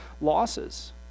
losses